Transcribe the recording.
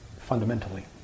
fundamentally